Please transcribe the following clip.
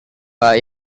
pak